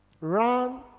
Run